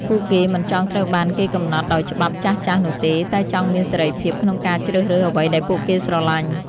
ពួកគេមិនចង់ត្រូវបានគេកំណត់ដោយច្បាប់ចាស់ៗនោះទេ តែចង់មានសេរីភាពក្នុងការជ្រើសរើសអ្វីដែលពួកគេស្រលាញ់។